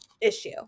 issue